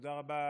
תודה רבה.